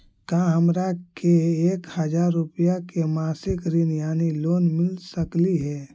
का हमरा के एक हजार रुपया के मासिक ऋण यानी लोन मिल सकली हे?